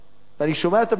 ואני שומע את הממשלה,